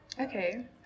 Okay